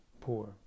poor